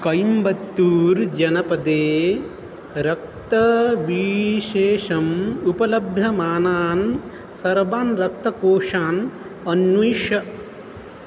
कोयम्बत्तूर् जनपदे रक्तविशेषम् उपलभ्यमानान् सर्वान् रक्तकोषान् अन्विष